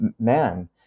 man